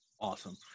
Awesome